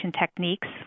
techniques